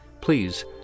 Please